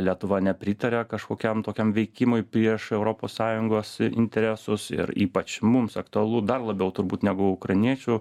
lietuva nepritaria kažkokiam tokiam veikimui prieš europos sąjungos i interesus ir ypač mums aktualu dar labiau turbūt negu ukrainiečių